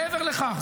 מעבר לכך,